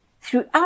Throughout